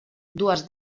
dues